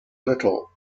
little